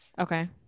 okay